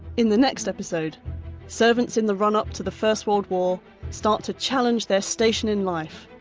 in the next episode servants in the run-up to the first world war start to challenge their station in life,